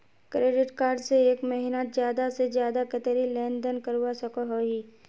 Credit card से एक महीनात ज्यादा से ज्यादा कतेरी लेन देन करवा सकोहो ही?